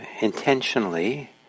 intentionally